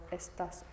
estas